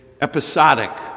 episodic